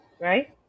Right